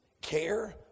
care